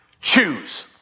Choose